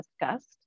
discussed